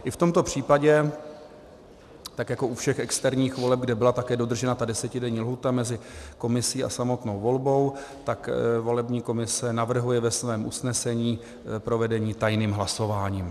I v tomto případě, tak jako u všech externích voleb, kde byla také dodržena desetidenní lhůta mezi komisí a samotnou volbou, volební komise navrhuje ve svém usnesení provedení tajným hlasováním.